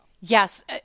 Yes